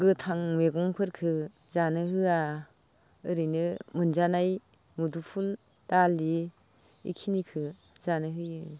गोथां मैगंफोरखौ जानो होआ ओरैनो मोनजानाय मोदोमफुल दालि बेखिनिखौ जानो होयो